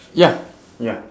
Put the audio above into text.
ya ya